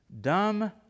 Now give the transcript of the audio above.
dumb